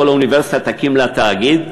כל אוניברסיטה תקים לה תאגיד,